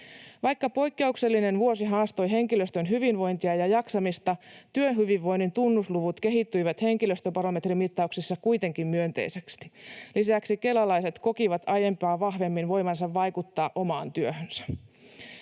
Vaikka poikkeuksellinen vuosi haastoi henkilöstön hyvinvointia ja jaksamista, työhyvinvoinnin tunnusluvut kehittyivät henkilöstöbarometrimittauksissa kuitenkin myönteisesti. Lisäksi kelalaiset kokivat aiempaa vahvemmin voivansa vaikuttaa omaan työhönsä.